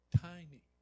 tiny